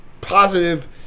positive